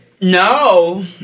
No